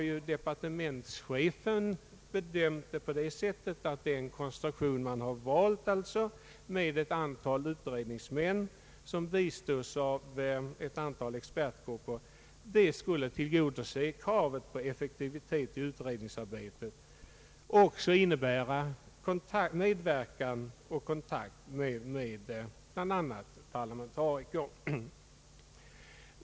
De partementschefen har bedömt det så att den konstruktion man har valt med ett antal utredningsmän som bistås av ett antal experter tillgodoser kravet på effektivitet i utredningsarbetet och innebär medverkan och kontakt med bl.a. parlamentariker.